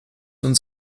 uns